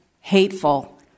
hateful